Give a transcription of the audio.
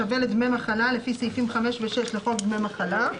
השווה לדמי מחלה לפי סעיפים 5 ו-6 לחוק דמי מחלה".